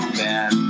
bad